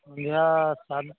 ସନ୍ଧ୍ୟା ସାତ୍